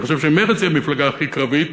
אני חושב שמרצ היא המפלגה הכי קרבית,